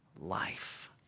life